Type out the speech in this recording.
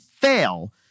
fail